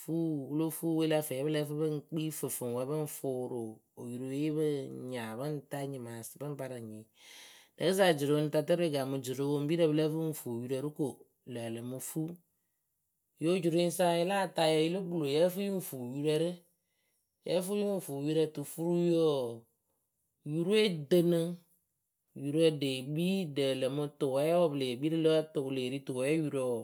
fuu wɨ lo fuuwe la fɛɛ wǝ́ pɨ lǝ́ǝ fɨ pɨŋ kpii fɨfɨŋwǝ pɨŋ fʊʊrʊ oyurooye pɨŋ nya pɨŋ ta nyɩmaasɩ pɨŋ parɨ nyiiyǝ rɨkɨsa juroŋtatǝrǝ we gaamɨ juroŋpoŋpirǝ pɨ lǝ́ǝ fɨ pɨŋ fuu yurǝ rɨ ko lǝǝ lǝmɨ fuu ŋ yǝ ojuroŋyǝ sa yɨ la atayǝ yɨlo kpɨlo yǝ fɨ yɨ ŋ fuu yurǝ rɨ yǝ́ǝ fɨ yɨ ŋ fuu yurǝ tufuriwǝ wǝǝ yurǝ we dɨnɨ yurǝ ɖe kpii ɖǝ lǝǝmɨ tʊwɛɛwǝ pɨ lee kpii rɨ lǝ tʊ wɨ lee ri tʊwɛɛyurǝ wǝ ŋ